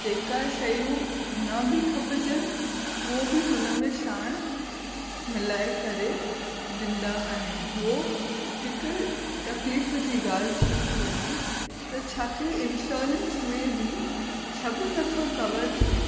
जेका शयूं न बि खपजनि उहो बि हुन में साणु मिलाए करे डींदा आहिनि हुओ हिक तकलीफ़ जी ॻाल्हि थी थी वञे त छा खे इंशोरंस में बि सभु नथो कवर थिए